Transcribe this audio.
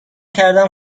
کردم